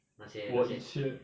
那些那些